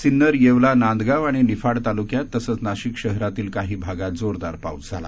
सिन्नर येवला नांदगाव आणि निफाड तालुक्यात तसेच नाशिक शहरातील काही भागात जोरदार पाऊस झाला